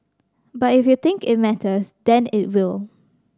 but if you think it matters then it will